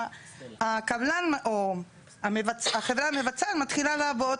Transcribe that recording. הקבלן או החברה המבצעת מתחילים לעבוד,